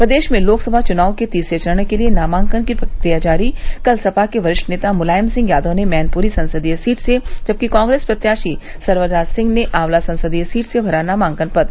प्रदेश में लोकसभा चुनाव के तीसरे चरण के लिये नामांकन की प्रक्रिया जारी कल सपा के वरिष्ठ नेता मुलायम सिंह यादव ने मैनपुरी संसदीय सीट से जबकि कांग्रेस प्रत्याशी सर्वराज सिंह ने आंवला संसदीय सीट से भरा नामांकन पत्र